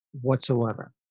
whatsoever